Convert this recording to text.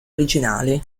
originali